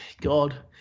God